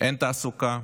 אין תעסוקה,